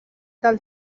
del